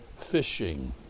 fishing